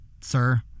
sir